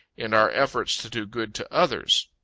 in our efforts to do good to others.